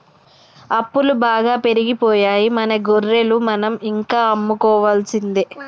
అప్పులు బాగా పెరిగిపోయాయి మన గొర్రెలు మనం ఇంకా అమ్ముకోవాల్సిందే